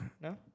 No